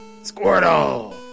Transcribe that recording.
Squirtle